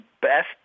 best